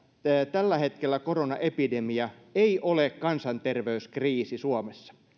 tällä hetkellä koronaepidemia ei ole kansanterveyskriisi suomessa